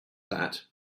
that